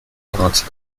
arts